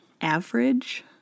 average